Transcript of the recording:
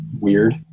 Weird